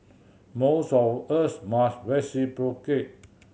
most of us must reciprocate